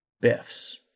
Biff's